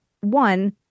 one